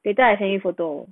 later I send you photo